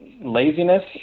laziness